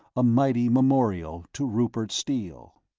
a mighty memorial to rupert steele.